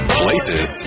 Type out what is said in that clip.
places